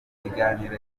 kiganiro